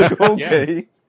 okay